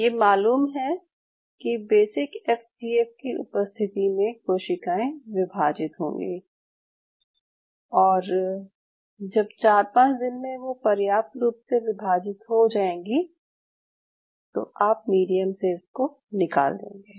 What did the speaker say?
यह मालूम है कि बेसिक एफ जी एफ की उपस्थिति में कोशिकाएं विभाजित होंगी और जब 4 5 दिन में वो पर्याप्त रूप से विभाजित हो जाएंगी तो आप मीडियम से इसको निकाल देंगे